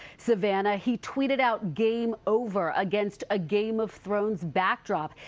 savannah he tweeted out game over against a game of thrones backdrop.